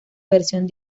versión